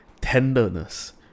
tenderness